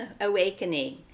awakening